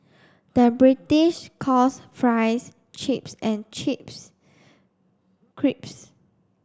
the British calls fries chips and chips